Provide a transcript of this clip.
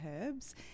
herbs